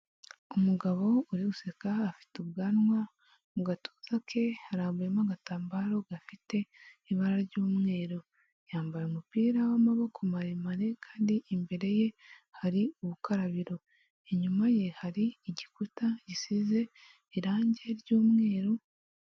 Umugabo uri guseka afite ubwanwa, mu gatuza ke hambuyemo agatambaro gafite ibara ry'umweru, yambaye umupira w'amaboko maremare kandi imbere ye hari urukarabiro, inyuma ye hari igikuta gisize irangi ry'umweru.